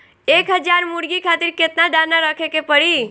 एक हज़ार मुर्गी खातिर केतना दाना रखे के पड़ी?